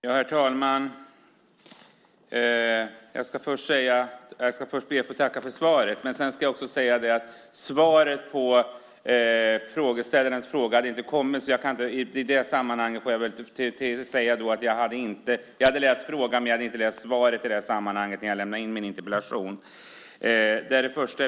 Herr talman! Jag ska först tacka för svaret, och sedan ska jag också säga att jag hade läst frågan men inte svaret när jag lämnade in min interpellation.